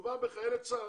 מדובר בחיילי צה"ל.